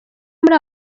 muri